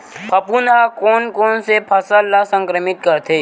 फफूंद ह कोन कोन से फसल ल संक्रमित करथे?